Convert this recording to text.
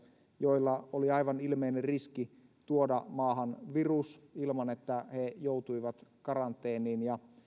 joilla oli aivan ilmeinen riski tuoda maahan virus ilman että he joutuivat karanteeniin